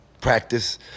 practice